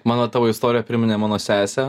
mano tavo istorija priminė mano sesę